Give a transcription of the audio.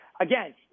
Again